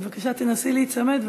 בבקשה תנסי להיצמד,